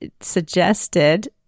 suggested